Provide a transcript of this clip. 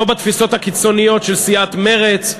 לא בתפיסות הקיצוניות של סיעת מרצ,